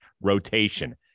rotation